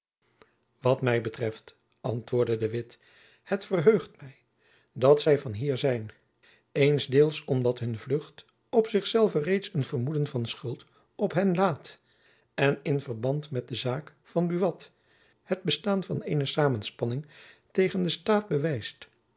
wat my betreft antwoordde de witt het verheugt my dat zy van hier zijn eensdeels omdat hun vlucht op zich zelve reeds een vermoeden van schuld op hen laadt en in verband met de zaak van buat het bestaan van eene samenspanning tegen den staat bewijst